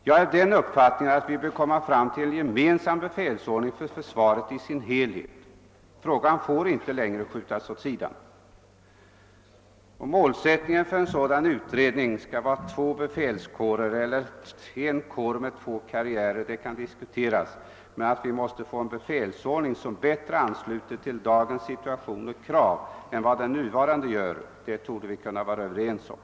Jag är av den uppfattningen att vi bör komma fram till en gemensam befälsordning för försvaret i dess hel het. Frågan får inte längre skjutas åt sidan. Om målsättningen för en sådan utredning skall vara två befälskårer eller en kår med två karriärer kan diskuteras, men att vi måste få en befälsordning som bättre ansluter till dagens situation och krav än vad den nuvarande gör torde vi kunna vara överens om.